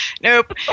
nope